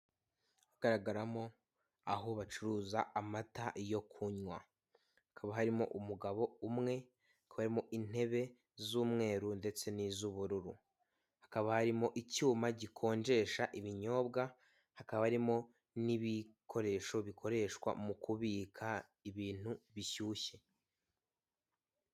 Agaragaramo aho bacuruza amata yo kunywa, hakaba harimo umugabo umwe, hakaba harimo intebe z'umweru ndetse n'iz'ubururu, hakaba harimo icyuma gikonjesha ibinyobwa, hakaba harimo n'ibikoresho bikoreshwa mu kubika ibintu bishyushye.